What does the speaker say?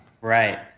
Right